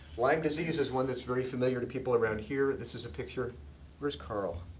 lyme disease is one that's very familiar to people around here. this is a picture where's carl?